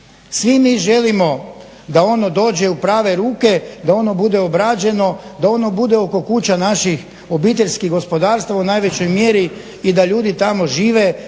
svi mi želimo da ono dođe u prave ruke, da ono bude obrađeno, da ono bude oko kuća naših OPG-a u najvećoj mjeri i da ljudi tamo žive,